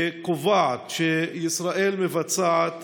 שקובעת שישראל מבצעת